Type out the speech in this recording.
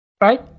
Right